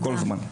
בכל זמן.